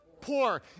poor